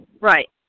Right